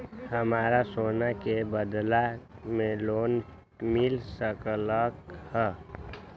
हमरा सोना के बदला में लोन मिल सकलक ह?